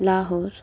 Lahore